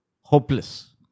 Hopeless